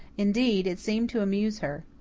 indeed, it seemed to amuse her.